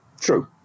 true